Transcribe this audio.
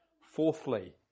Fourthly